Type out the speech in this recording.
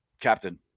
Captain